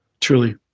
Truly